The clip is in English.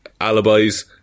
alibis